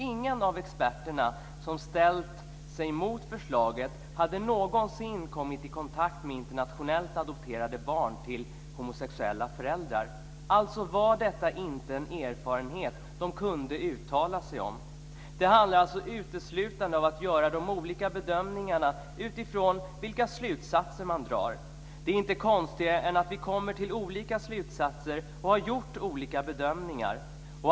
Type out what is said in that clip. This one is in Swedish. Ingen av de experter som ställt sig mot förslaget hade någonsin kommit i kontakt med internationellt adopterade barn till homosexuella föräldrar. Alltså var inte det en erfarenhet som de kunde uttala sig om. Det handlar uteslutande om att göra de olika bedömningarna utifrån vilka slutsatser man drar. Det är inte konstigare än att vi kommer till olika slutsatser och har gjort olika bedömningar.